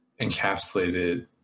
encapsulated